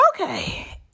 Okay